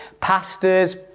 Pastors